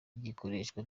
gikoreshwa